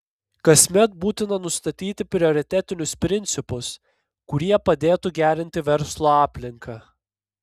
kasmet būtina nustatyti prioritetinius principus kurie padėtų gerinti verslo aplinką